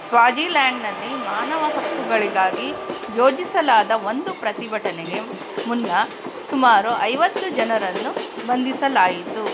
ಸ್ವಾಜಿಲ್ಯಾಂಡ್ನಲ್ಲಿ ಮಾನವ ಹಕ್ಕುಗಳಿಗಾಗಿ ಯೋಜಿಸಲಾದ ಒಂದು ಪ್ರತಿಭಟನೆಗೆ ಮುನ್ನ ಸುಮಾರು ಐವತ್ತು ಜನರನ್ನು ಬಂಧಿಸಲಾಯಿತು